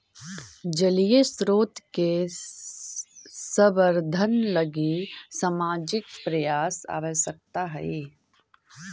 जलीय स्रोत के संवर्धन लगी सामाजिक प्रयास आवश्कता हई